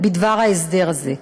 בדבר ההסדר הזה,